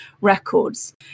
records